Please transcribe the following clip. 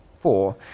four